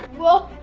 whoa,